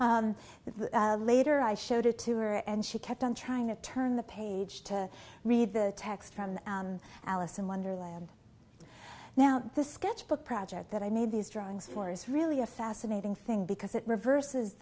the later i showed it to her and she kept on trying to turn the page to read the text from the alice in wonderland now this sketchbook project that i made these drawings for is really a fascinating thing because it reverses